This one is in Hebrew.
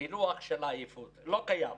פענוח של העייפות, זה לא קיים.